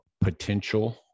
potential